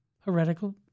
Heretical